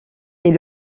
est